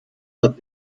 but